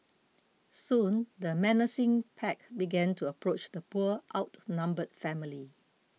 soon the menacing pack began to approach the poor outnumbered family